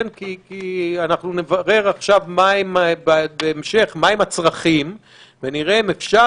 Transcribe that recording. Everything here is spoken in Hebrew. נברר בהמשך מהם הצרכים ונראה אם אפשר